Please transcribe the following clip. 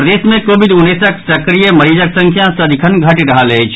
प्रदेश मे कोविड उन्नैसक सक्रिय मरीजक संख्या सदिखन घटि रहल अछि